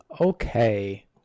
Okay